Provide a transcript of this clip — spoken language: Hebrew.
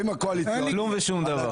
כלום ושום דבר.